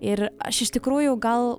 ir aš iš tikrųjų gal